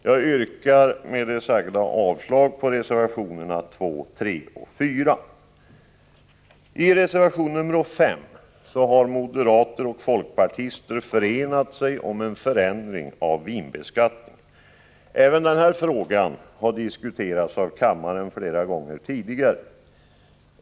Jag yrkar med det sagda avslag på reservationerna nr 2, 3 och 4. I reservation nr 5 har moderater och folkpartister förenat sig om en förändring av vinbeskattningen. Även denna fråga har diskuterats i kammaren flera gånger tidigare.